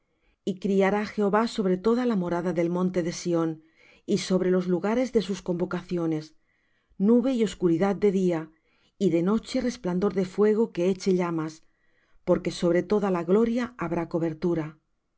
y criará jehová sobre toda la morada del monte de sión y sobre los lugares de sus convocaciones nube y oscuridad de día y de noche resplandor de fuego que eche llamas porque sobre toda gloria habrá cobertura